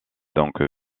donc